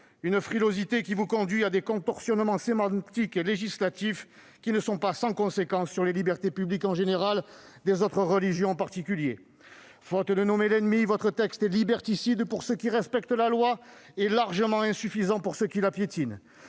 Cette frilosité vous conduit à des contorsions sémantiques et législatives, qui ne sont pas sans conséquences sur les libertés publiques en général et sur les libertés des autres religions en particulier. Faute de nommer l'ennemi, votre texte est liberticide pour ceux qui respectent la loi et largement insuffisant pour ceux qui la piétinent.